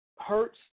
hurts